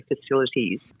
facilities